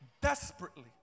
Desperately